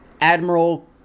Admiral